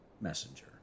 messenger